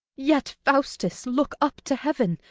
yet, faustus, look up to heaven,